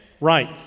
Right